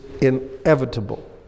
inevitable